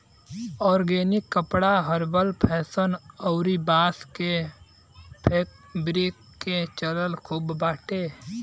organic कपड़ा herbal fashion अउरी बांस के फैब्रिक के चलन खूब बाटे